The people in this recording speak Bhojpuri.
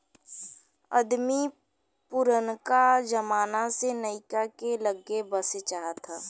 अदमी पुरनका जमाना से नहीए के लग्गे बसे चाहत